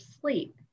sleep